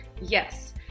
Yes